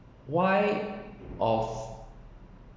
why of